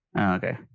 okay